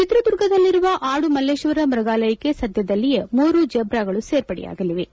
ಚಿತ್ರದುರ್ಗದಲ್ಲಿರುವ ಆಡು ಮಲ್ಲೇಶ್ವರ ಮೃಗಾಲಯಕ್ಕೆ ಸಧ್ಯದಲ್ಲೇ ಮೂರು ಝೀಬ್ರಗಳು ಸೇರ್ಪಡೆಯಾಗಲಿವೆ